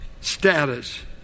status